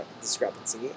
discrepancy